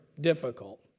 difficult